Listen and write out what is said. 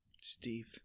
Steve